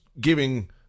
giving